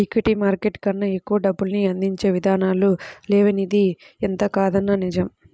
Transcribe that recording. equity market కన్నా ఎక్కువ డబ్బుల్ని అందించే ఇదానాలు లేవనిది ఎంతకాదన్నా నిజం